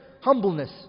humbleness